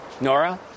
Nora